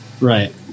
right